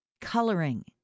Coloring